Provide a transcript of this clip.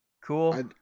Cool